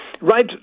right